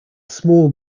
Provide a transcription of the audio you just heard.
small